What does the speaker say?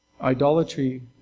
Idolatry